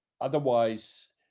Otherwise